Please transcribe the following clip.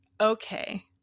okay